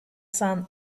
sun